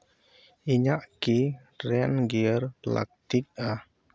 ᱤᱧᱟᱹᱜ ᱠᱤ ᱨᱮᱱ ᱜᱤᱭᱟᱨ ᱞᱟᱹᱠᱛᱤᱜᱼᱟ